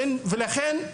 ולכן,